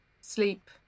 sleep